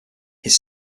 his